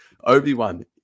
Obi-Wan